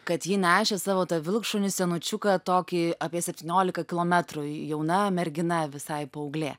kad ji nešė savo tą vilkšunį senučiuką tokį apie septyniolika kilometrų į jauna mergina visai paauglė